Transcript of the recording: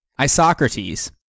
Isocrates